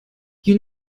you